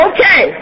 Okay